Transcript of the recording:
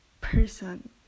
person